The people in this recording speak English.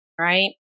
Right